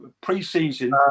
pre-season